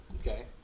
Okay